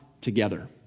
together